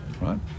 Right